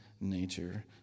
nature